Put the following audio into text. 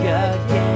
again